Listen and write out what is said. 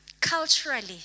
Culturally